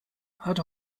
hat